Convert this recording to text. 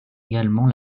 également